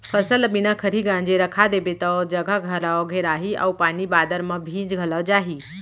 फसल ल बिना खरही गांजे रखा देबे तौ जघा घलौ घेराही अउ पानी बादर म भींज घलौ जाही